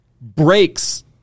breaks